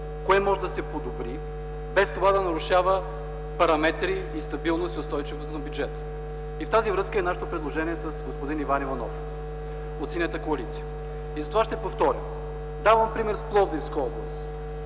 кое може да се подобри, без това да нарушава параметри, стабилност и устойчивост на бюджета. В тази връзка е нашето предложение с господин Иван Иванов от Синята коалиция. Ще повторя – давам пример с Пловдивска област,